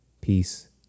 Peace